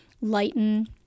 lighten